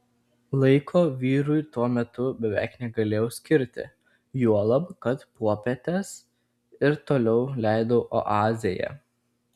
laiko vyrui tuo metu beveik negalėjau skirti juolab kad popietes ir toliau leidau oazėje